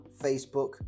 Facebook